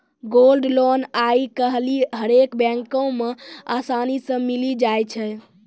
gold loan आइ काल्हि हरेक बैको मे असानी से मिलि जाय छै